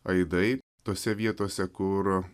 aidai tose vietose kur